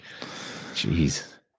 Jeez